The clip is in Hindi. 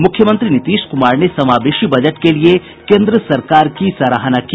मुख्यमंत्री नीतीश कुमार ने समावेशी बजट के लिए केन्द्र सरकार की सराहना की